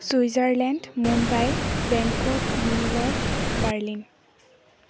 Switzerland Mumbai Bangkok New York Berlin